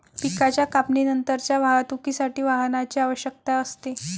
पिकाच्या कापणीनंतरच्या वाहतुकीसाठी वाहनाची आवश्यकता असते